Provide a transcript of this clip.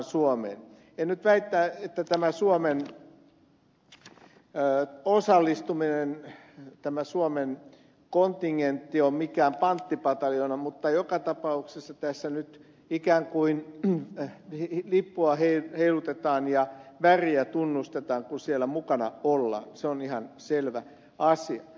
en nyt väitä että tämä suomen osallistuminen tämä suomen kontingentti on mikään panttipataljoona mutta joka tapauksessa tässä nyt ikään kuin lippua heilutetaan ja väriä tunnustetaan kun siellä mukana ollaan se on ihan selvä asia